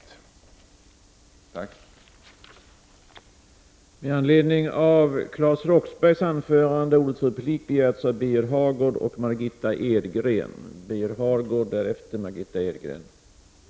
Tack!